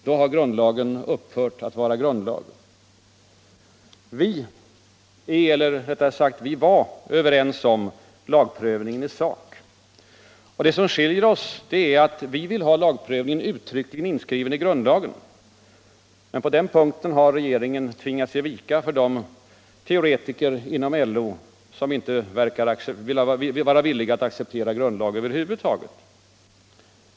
Då har grundlagen upphört att vara grundlag. Vi är — eller, rättare sagt, vi var — överens om lagprövningen i sak. Det som skiljer oss är att vi moderater vill ha lagprövningen uttryckligen inskriven i grundlagen. Men på den punkten har regeringen tvingats ge vika för de teoretiker inom LO som inte verkar vara villiga att acceptera grundlag över huvud taget.